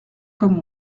comme